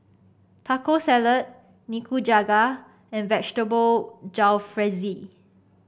Taco Salad Nikujaga and Vegetable Jalfrezi